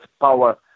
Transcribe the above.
power